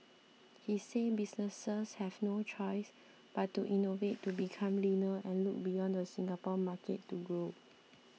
he said businesses have no choice but to innovate to become leaner and look beyond the Singapore market to grow